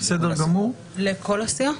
לכל הסיעה?